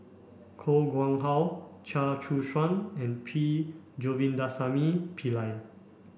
Koh Nguang How Chia Choo Suan and P Govindasamy Pillai